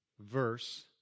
verse